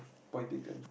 point taken